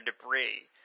debris